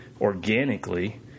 organically